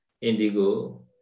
indigo